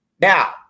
now